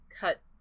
cut